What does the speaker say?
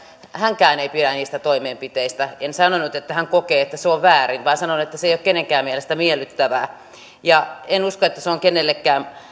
hänkään ei pidä niistä toimenpiteistä en sanonut että hän kokee että se on väärin vaan sanoin että se ei ole kenenkään mielestä miellyttävää ja en usko että se on kenellekään